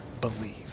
believe